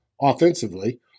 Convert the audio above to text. offensively